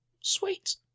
Sweet